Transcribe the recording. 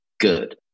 good